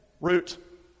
root